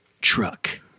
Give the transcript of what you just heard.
truck